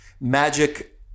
magic